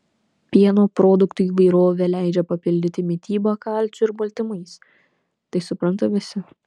pieno produktų įvairovė leidžia papildyti mitybą kalciu ir baltymais tai supranta visi